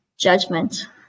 judgment